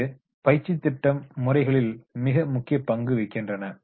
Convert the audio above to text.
இது பயிற்சித் திட்டம் முறைகளில் மிக முக்கிய பங்கு வகிக்கின்றன